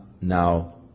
now